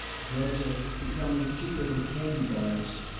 drugs are becoming cheaper than candy bars,